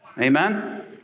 Amen